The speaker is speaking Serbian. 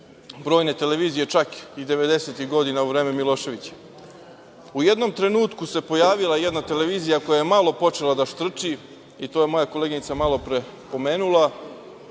brojne televizije čak i devedesetih godina u vreme Miloševića.U jednom trenutku se pojavila jedna televizija koja je malo počela da štrči, i to je moja koleginica malopre pomenula,